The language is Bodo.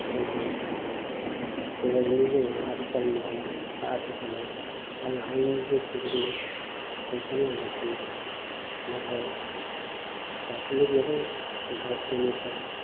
सयजन गासै बेबायदिनो जोङो आथिखाल मुगायाव बा आथिखालाव आङो आंनि जिउखौ बिदिनो दैदेनलांगासिनो दं नाथाय दासिमबो जेबो गभमेन्टनिफ्राय